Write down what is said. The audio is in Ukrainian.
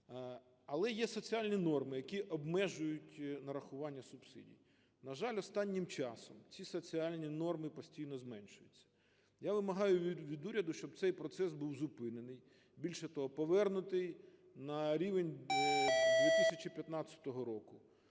Але є соціальні норми, які обмежують нарахування субсидій. На жаль, останнім часом ці соціальні норми постійно зменшуються. Я вимагаю від уряду, щоб цей процес був зупинений, більше того, повернутий на рівень 2015 року.